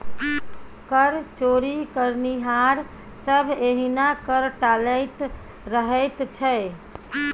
कर चोरी करनिहार सभ एहिना कर टालैत रहैत छै